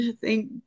Thank